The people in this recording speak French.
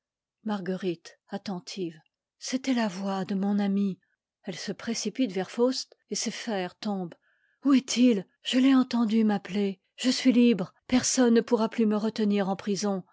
marguerite attentive c'était la voix de mon ami elle se rec iyc vers faust et ses fers tombent où est-il je l'ai entendu m'appeler je suis libre personne ne pourra plus me retenir en prison